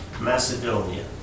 Macedonia